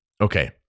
Okay